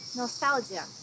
nostalgia